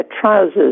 trousers